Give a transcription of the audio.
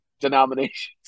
denominations